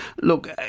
look